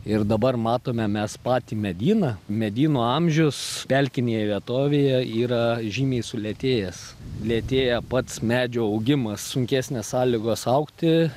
ir dabar matome mes patį medyną medynų amžius pelkinėje vietovėje yra žymiai sulėtėjęs lėtėja pats medžio augimas sunkesnės sąlygos augti